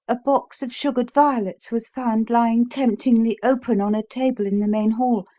a box of sugared violets was found lying temptingly open on a table in the main hall.